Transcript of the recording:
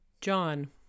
John